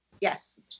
Yes